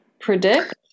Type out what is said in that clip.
predict